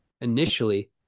initially